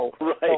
Right